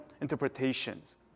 interpretations